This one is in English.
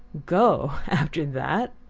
go after that?